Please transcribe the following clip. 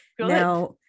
Now